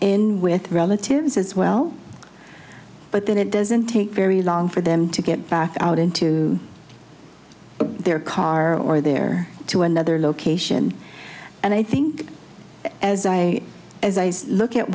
in with relatives as well but then it doesn't take very long for them to get back out into their car or their to another location and i think as i look at